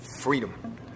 freedom